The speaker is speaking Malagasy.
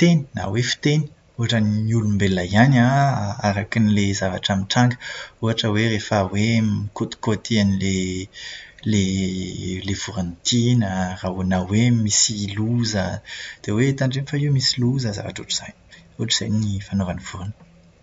teny na hoe fiteny ohatran'ny olombelona ihany an, arakan'ilay zavatra mitranga. Ohatra hoe rehefa mikotikoty an'ilay- ilay- ilay voron-tiana, na hoe misy loza. Dia hoe tandremo fa io misy loza, zavatra ohatr'izany.